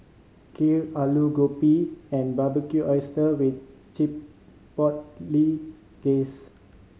Kheer Alu Gobi and Barbecued Oysters with Chipotle Glaze